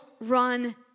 run